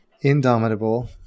Indomitable